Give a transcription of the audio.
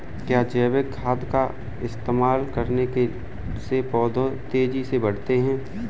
क्या जैविक खाद का इस्तेमाल करने से पौधे तेजी से बढ़ते हैं?